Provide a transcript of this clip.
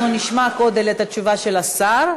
אנחנו נשמע קודם את התשובה של השר,